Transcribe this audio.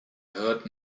heard